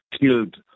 killed